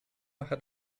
hat